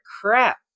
crap